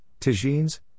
tagines